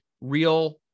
real